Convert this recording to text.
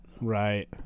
Right